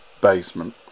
basement